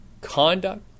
conduct